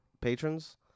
patrons